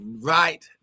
right